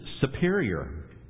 superior